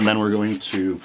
and then we're going to